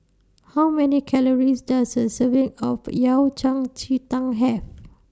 How Many Calories Does A Serving of Yao Cai Ji Tang Have